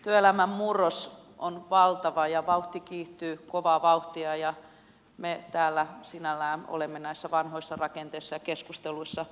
työelämän murros on valtava ja vauhti kiihtyy kovaa vauhtia ja me täällä sinällään olemme näissä vanhoissa rakenteissa ja keskusteluissa